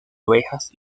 ovejas